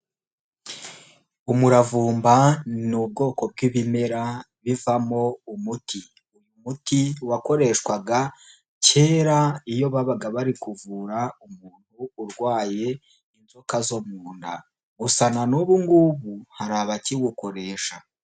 Umuravumba ni ubwoko bw'ibimera bivamo umuti, uyu muti wakoreshwaga kera iyo babaga bari kuvura umuntu urwaye inzoka zo mu nda, gusa na n'ubungubu hari abakiwukoresha.